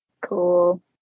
Cool